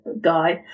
guy